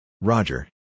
Roger